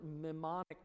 mnemonic